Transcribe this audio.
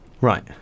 Right